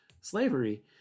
slavery